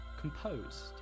composed